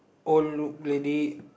old look lady